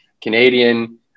Canadian